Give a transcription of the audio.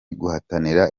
guhatanira